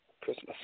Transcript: Christmas